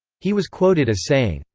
he was quoted as saying,